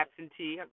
absentee